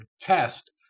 test